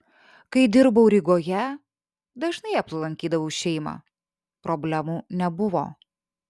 kai dirbau rygoje dažnai aplankydavau šeimą problemų nebuvo